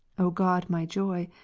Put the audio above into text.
o god my joy,